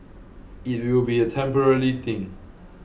it will be a temporary thing